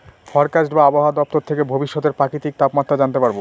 forecast বা আবহাওয়া দপ্তর থেকে ভবিষ্যতের প্রাকৃতিক তাপমাত্রা জানতে পারবো